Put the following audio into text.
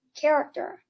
character